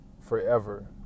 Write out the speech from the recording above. forever